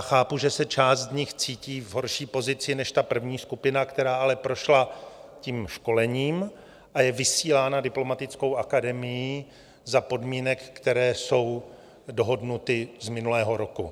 Chápu, že se část z nich cítí v horší pozici než první skupina, která ale prošla školením a je vysílána Diplomatickou akademií za podmínek, které jsou dohodnuty z minulého roku.